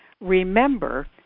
remember